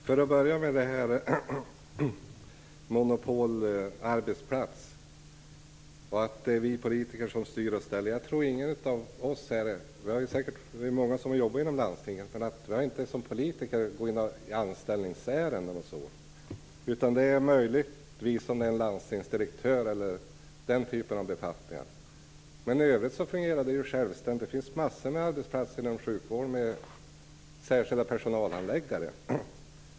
Fru talman! Låt mig börja med det här med monopolarbetsplats och att det är vi politiker som styr och ställer. Det är säkert många av oss här som har jobbat inom landstinget. Men vi går som politiker inte några anställningsärenden. Det gäller möjligtvis en landstingsdirektör och den typen av befattningar. Men i övrigt fungerar det ju självständigt. Det finns massor av arbetsplatser inom sjukvården med särskilda personalhandläggare.